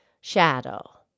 shadow